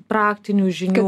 praktinių žinių